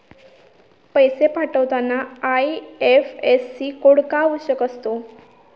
पैसे पाठवताना IFSC code का आवश्यक असतो?